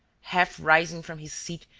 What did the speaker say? half rising from his seat,